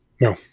No